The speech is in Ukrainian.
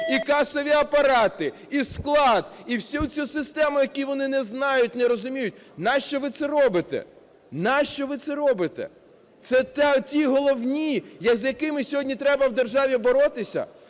і касові апарати, і склад, і всю цю систему, яку вони не знають, не розуміють. Навіщо ви це робите? Навіщо ви це робите? Це ті головні, з якими сьогодні треба у державі боротися?